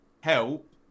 help